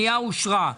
הצבעה הבקשה אושרה.